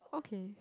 okay